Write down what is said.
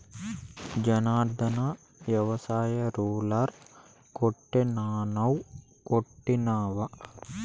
జనార్ధన, వ్యవసాయ రూలర్ కొంటానన్నావ్ కొంటివా